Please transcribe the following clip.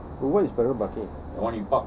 but what is parallel parking